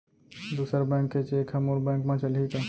दूसर बैंक के चेक ह मोर बैंक म चलही का?